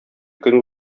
көн